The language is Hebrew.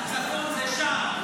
--- הפקרתם אותם.